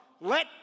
Let